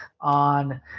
on